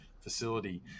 facility